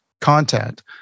content